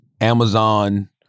Amazon